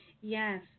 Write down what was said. Yes